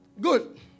Good